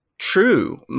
true